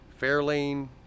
fairlane